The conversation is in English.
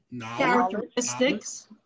characteristics